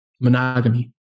monogamy